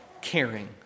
caring